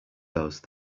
those